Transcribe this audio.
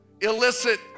illicit